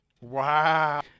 Wow